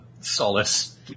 Solace